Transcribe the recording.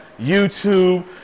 YouTube